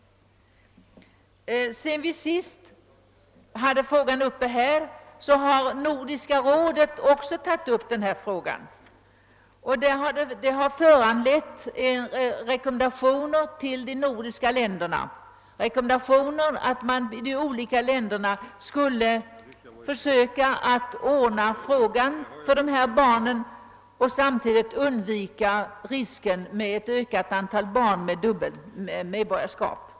Sedan dess har också Nordiska rådet tagit upp den, vilket föranlett rekommendationer till de nordiska länderna att försöka ordna frågan och samtidigt försöka undvika risken för att ett ökat antal barn får dubbelt medborgarskap.